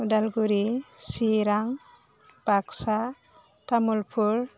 Udalguri Chirang Baksa Tamulpur